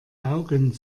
augen